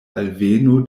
alveno